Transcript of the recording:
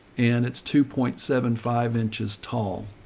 and it's two point seven, five inches tall.